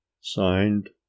signed